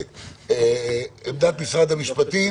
עמדת משרד המשפטים.